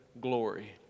glory